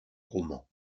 romans